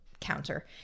counter